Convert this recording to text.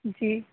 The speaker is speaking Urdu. جی